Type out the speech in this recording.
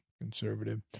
conservative